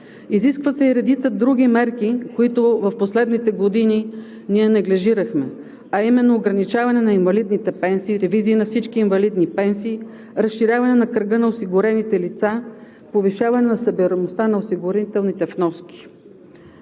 Изискват се и редица други мерки, които в последните години ние неглижирахме, а именно ограничаване на инвалидните пенсии, ревизии на всички инвалидни пенсии, разширяване на кръга на осигурените лица, повишаване на събираемостта на осигурителните вноски.